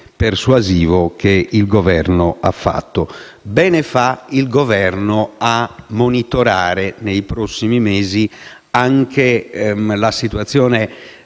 persuasivo che il Governo ha fatto. Bene fa il Governo a monitorare nei prossimi mesi anche la situazione